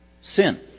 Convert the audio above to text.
sin